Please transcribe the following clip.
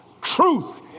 truth